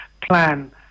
plan